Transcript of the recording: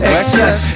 Excess